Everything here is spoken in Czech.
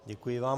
Děkuji vám.